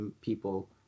people